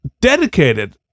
dedicated